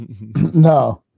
No